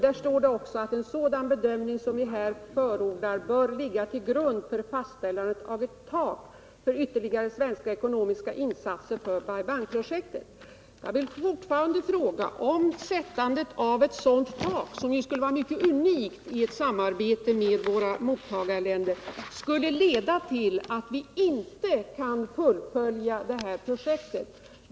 Där står också: ”En sådan bedömning, som vi här förordar, bör ligga till grund för fastställande av ett tak för ytterligare svenska ekonomiska insatser för Bai Jag vill fråga om sättandet av ett sådant tak, som skulle vara unikt i ett samarbete med våra mottagarländer, inte skulle leda till att vi inte kan fullfölja detta projekt.